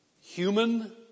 human